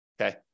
okay